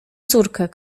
córkę